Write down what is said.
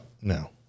No